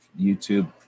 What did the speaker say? youtube